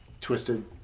twisted